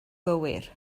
gywir